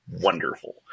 wonderful